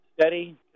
Steady